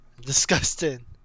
Disgusting